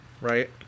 right